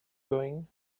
going